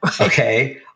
okay